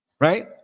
right